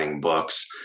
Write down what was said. books